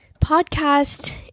podcast